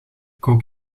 kook